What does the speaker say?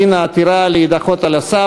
דין העתירה להידחות על הסף.